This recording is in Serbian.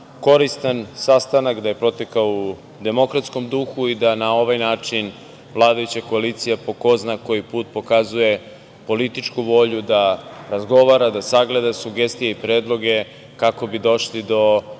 koristan sastanak, da je protekao u demokratskom duhu i da na ovaj način vladajuća koalicija po ko zna koji put pokazuje političku volju da razgovara, da sagleda sugestije i predloge kako bi došli do